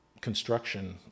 construction